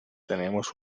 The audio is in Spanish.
tenemos